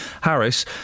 Harris